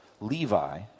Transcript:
Levi